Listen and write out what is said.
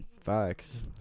Facts